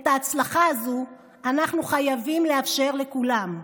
את ההצלחה הזאת אנחנו חייבים לאפשר לכולם,